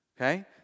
okay